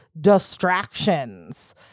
distractions